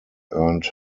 earned